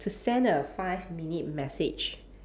to send a five minute message